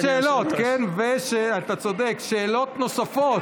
שעת שאלות, אתה צודק, ושאלות נוספות.